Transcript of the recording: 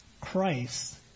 Christ